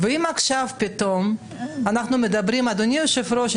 ואם עכשיו פתאום אנחנו מדברים אדוני היושב-ראש,